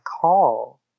call